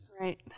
Right